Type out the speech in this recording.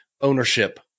ownership